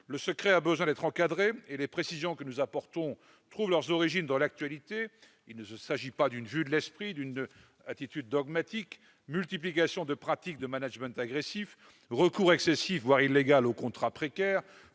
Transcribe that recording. Le secret a besoin d'être encadré. Les précisions que nous apportons trouvent leurs origines dans l'actualité- il ne s'agit ni d'une vue de l'esprit ni d'une attitude dogmatique -, avec la multiplication de pratiques de management agressif, le recours excessif, voire illégal, aux contrats précaires,